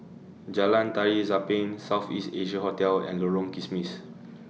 Jalan Tari Zapin South East Asia Hotel and Lorong Kismis